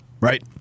Right